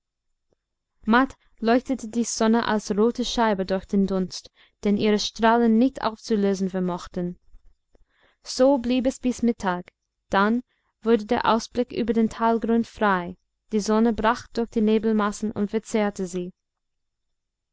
leuchtete die sonne als rote scheibe durch den dunst den ihre strahlen nicht aufzulösen vermochten so blieb es bis mittag dann wurde der ausblick über den talgrund frei die sonne brach durch die nebelmassen und verzehrte sie